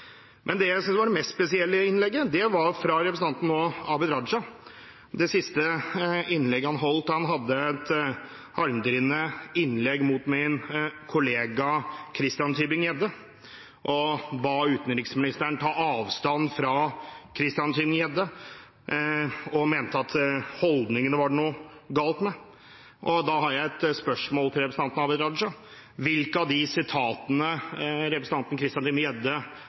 Men det jeg synes var det mest spesielle innlegget, var det siste innlegget fra representanten Abid Q. Raja – et harmdirrende innlegg mot min kollega Christian Tybring-Gjedde, der han ba utenriksministeren ta avstand fra Christian Tybring-Gjedde, og der han mente at det var noe galt med holdningene. Da har jeg et spørsmål til representanten Abid Q. Raja: Hvilke av de sitatene som representanten Christian